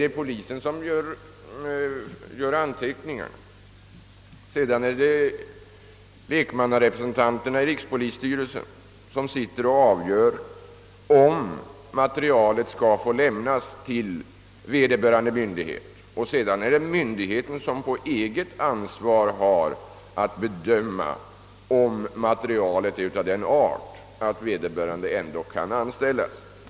Nej, polisen gör anteckningarna men det är lekmannarepresentanterna i rikspolisstyrelsen, som avgör om materialet skall få utlämnas till vederbörande myndighet. Det är sedan denna myndighet, som på eget ansvar har att bedöma om materialet är av den arten att vederbörande ändå kan anställas.